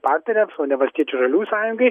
partnerėms o ne valstiečių žaliųjų sąjungai